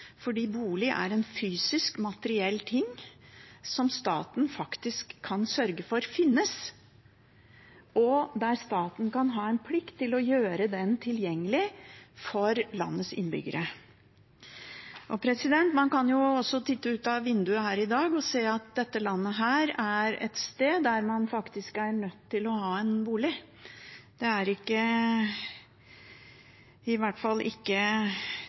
fordi bolig er en fysisk, materiell ting, som staten faktisk kan sørge for finnes, og som staten kan ha en plikt til å gjøre tilgjengelig for landets innbyggere. Man kan også titte ut av vinduet her i dag og se at dette landet er et sted der man faktisk er nødt til å ha en bolig. Det er i hvert fall ikke